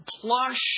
plush